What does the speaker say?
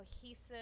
cohesive